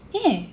eh